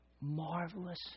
Marvelous